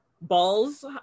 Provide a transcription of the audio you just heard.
balls